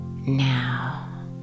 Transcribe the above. Now